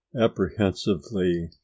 apprehensively